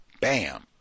Bam